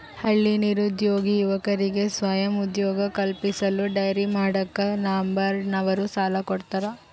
ಹಳ್ಳಿ ನಿರುದ್ಯೋಗಿ ಯುವಕರಿಗೆ ಸ್ವಯಂ ಉದ್ಯೋಗ ಕಲ್ಪಿಸಲು ಡೈರಿ ಮಾಡಾಕ ನಬಾರ್ಡ ನವರು ಸಾಲ ಕೊಡ್ತಾರ